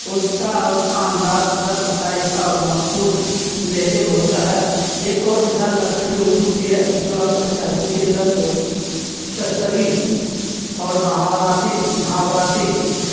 اس کا اس کا انداز نرم شائستہ اور مخصوص لہجے بیں ہوتا ہے ایک اور مثال لکھنوی اردو کی ہے جو اپنے تہذیبی رنگ شستگی اور محاوراتی محاوراتی